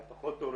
היה פחות תורים,